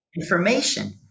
information